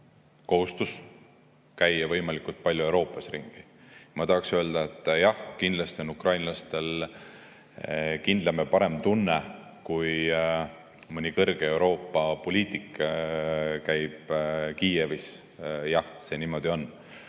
kohustus käia võimalikult palju Euroopas ringi. Ma tahan öelda, et jah, kindlasti on ukrainlastel kindlam ja parem tunne, kui mõni kõrge Euroopa poliitik käib Kiievis. Jah, see niimoodi on.